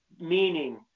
Meaning